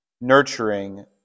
nurturing